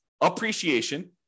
appreciation